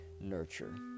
nurture